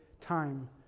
time